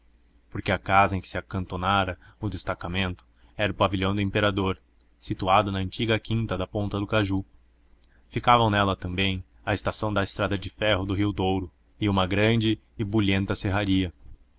porque a casa em que se acantonara o destacamento era o pavilhão do imperador situado na antiga quinta da ponta do caju ficavam nela também a estação da estrada de ferro do rio douro e uma grande e barulhenta serraria